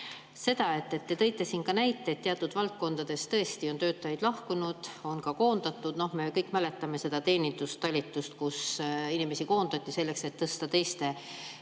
kohta, et te tõite näite, et teatud valdkondades on tõesti töötajaid lahkunud, on ka koondatud. Me kõik mäletame seda teenindustalitust, kus inimesi koondati selleks, et tõsta teiste palkasid.